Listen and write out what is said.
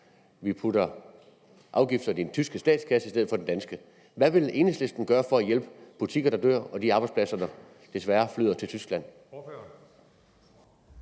Vi putter afgifterne i den tyske statskasse i stedet for i den danske. Hvad vil Enhedslisten gøre for at hjælpe butikker, der dør, og afhjælpe, at arbejdspladser desværre flyder til Tyskland?